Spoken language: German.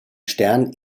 stern